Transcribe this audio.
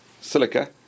silica